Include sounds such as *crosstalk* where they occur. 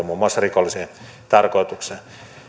*unintelligible* muun muassa rikolliseen tarkoitukseen